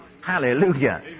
Hallelujah